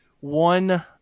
one